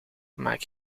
maak